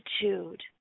gratitude